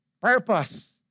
purpose